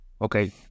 Okay